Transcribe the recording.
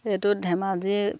এইটো ধেমাজি